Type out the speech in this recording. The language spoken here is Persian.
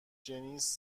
جنیس